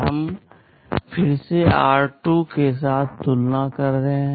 हम फिर से r2 के साथ तुलना कर रहे हैं